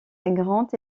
grant